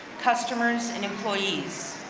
customers and employees.